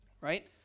right